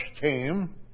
team